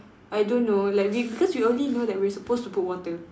I don't know like we because we only know that we're supposed to put water